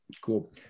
Cool